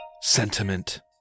Sentiment